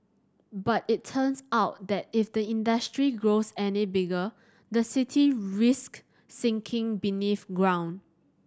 but it turns out that if the industry grows any bigger the city risks sinking beneath ground